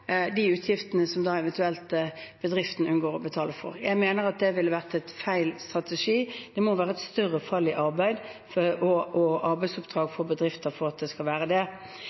de utgiftene som eventuelt bedriften da unngår å betale. Jeg mener at det ville vært en feil strategi. Det må være et større fall i arbeid og arbeidsoppdrag for bedrifter for at det skal være